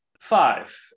five